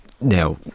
now